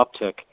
uptick